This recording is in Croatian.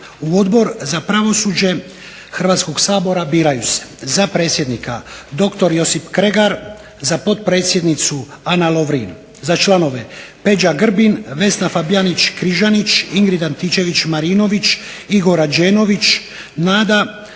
U Odbor za pravosuđe Hrvatskog sabora biraju se za predsjednika dr. Josip Kregar, za potpredsjednicu Ana Lovrin, za članove Peđa Grbin, Vesna Fabijančić Križanić, Ingrid Antičević Marinović, Igor Rađenović, Nada